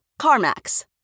CarMax